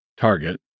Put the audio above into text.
target